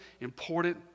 important